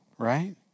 Right